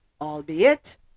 albeit